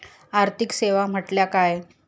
आर्थिक सेवा म्हटल्या काय?